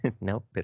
nope